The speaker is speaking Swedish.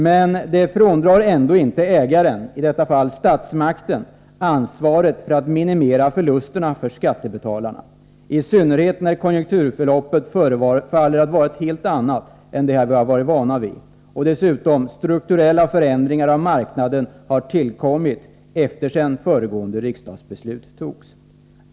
Men det fråntar ändå inte ägaren, i detta fall statsmakten, ansvaret för att minimera förlusterna för skattebetalarna, i synnerhet när konjunkturförloppet förefaller vara ett helt annat än det vi har varit vana vid och dessutom strukturella förändringar av marknaden har tillkommit sedan föregående riksdagsbeslut fattades.